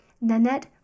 Nanette